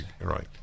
Right